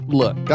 look